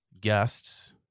guests